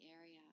area